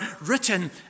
written